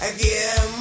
Again